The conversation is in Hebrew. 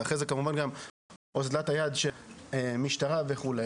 ואחרי זה כמובן אוזלת היד של משטרה וכו',